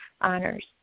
honors